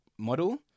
Model